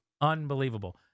Unbelievable